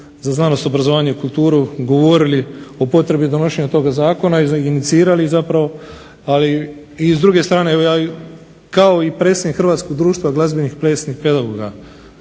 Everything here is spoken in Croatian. za znanost, obrazovanje i kulturu govorili o potrebi donošenja toga zakona i inicirali zapravo i s druge strane ja kao predsjednik Hrvatskog društva glazbenih plesnih pedagoga